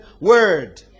word